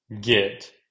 get